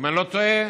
אם אני לא טועה,